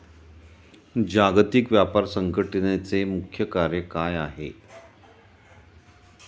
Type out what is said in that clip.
जागतिक व्यापार संघटचे मुख्य कार्य काय आहे?